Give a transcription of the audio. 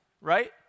right